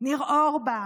ניר אורבך,